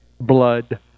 blood